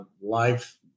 life